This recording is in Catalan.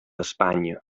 espanya